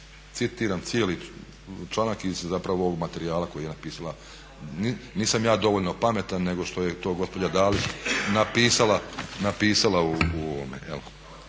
Citiram cijeli članak iz zapravo ovog materijala koji je napisala, nisam ja dovoljno pametan, nego što je to gospođa Dalić napisala u ovome.